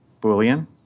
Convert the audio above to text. Boolean